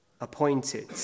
appointed